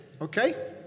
okay